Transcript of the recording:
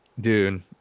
Dude